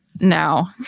No